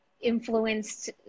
influenced